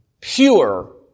Pure